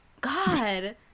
God